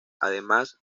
además